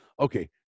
Okay